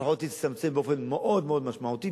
לפחות תצטמצם באופן מאוד משמעותי.